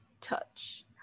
Touch